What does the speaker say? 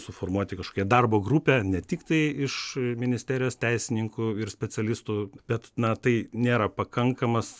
suformuoti kažkokią darbo grupę ne tiktai iš ministerijos teisininkų ir specialistų bet na tai nėra pakankamas